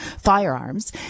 firearms